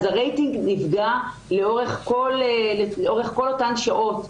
אז הרייטינג נפגע לאורך כל אותן שעות.